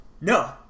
No